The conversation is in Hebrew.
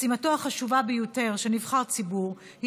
משימתו החשובה ביותר של נבחר ציבור היא